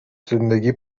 زندگی